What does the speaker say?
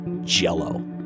jello